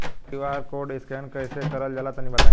QR code scan कैसे क़रल जला तनि बताई?